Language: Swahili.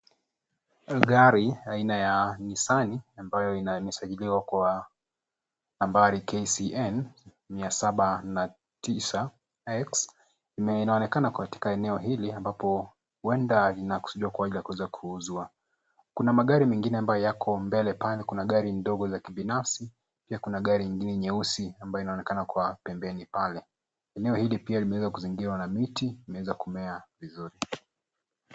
Gari aina ya Nissan ambayo imesajiliwa kwa nambari KCN 709X. Inaonekana katika eneo hili ambapo huenda linakusudiwa kwa ajili ya kuweza kuuzwa. Kuna magari mengine ambayo yako mbele pale. Kuna gari ndogo la kibinafsi, pia kuna gari ingine nyeusi ambayo inaonekana kuwa pembeni pale. Eneo hili pia limeweza kuzingirwa na miti, imeweza kumea vizuri.